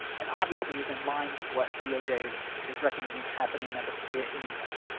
and obviously is in line with what doj is is recommending happening under prea anyway.